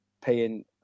paying